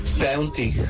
Bounty